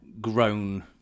grown